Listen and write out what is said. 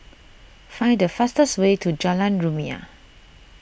find the fastest way to Jalan Rumia